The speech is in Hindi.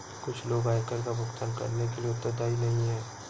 कुछ लोग आयकर का भुगतान करने के लिए उत्तरदायी नहीं हैं